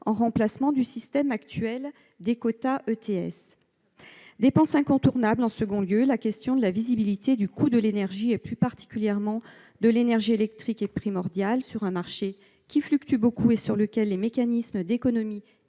en remplacement du système actuel des quotas ETS ? En second lieu, la visibilité sur le coût de l'énergie, et plus particulièrement de l'énergie électrique, est primordiale sur un marché qui fluctue beaucoup et sur lequel les mécanismes d'économies